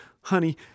Honey